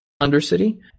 Undercity